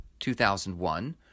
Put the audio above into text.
2001